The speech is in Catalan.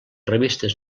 revistes